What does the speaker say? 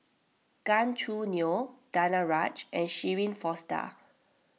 Gan Choo Neo Danaraj and Shirin Fozdar